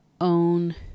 own